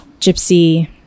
gypsy